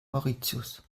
mauritius